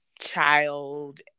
child